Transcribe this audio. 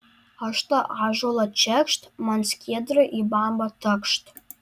aš tą ąžuolą čekšt man skiedra į bambą takšt